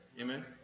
Amen